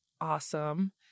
awesome